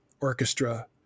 Orchestra